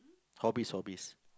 hobbies hobbies